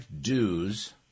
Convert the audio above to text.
dues